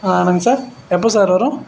ஆனங் sir எப்போது sir வரும்